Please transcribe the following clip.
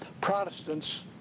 Protestants